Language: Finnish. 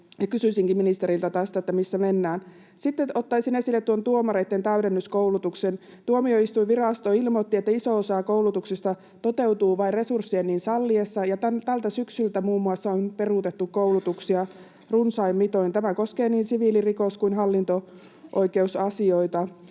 Kysyisinkin ministeriltä tästä, missä mennään. Sitten ottaisin esille tuomareitten täydennyskoulutuksen. Tuomioistuinvirasto ilmoitti, että iso osa koulutuksista toteutuu vain resurssien niin salliessa, ja muun muassa tältä syksyltä on peruutettu koulutuksia runsain mitoin. Tämä koskee niin siviili‑, rikos‑ kuin hallinto-oikeusasioita.